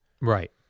Right